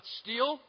steal